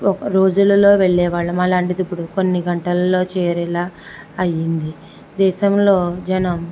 ఒక రోజులలో వెళ్ళేవాళ్ళం అలాంటిది ఇప్పుడు కొన్ని గంటలలో చేరేలా అయ్యింది దేశంలో జనం